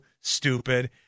stupid